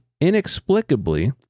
inexplicably